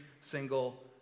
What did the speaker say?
single